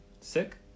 sick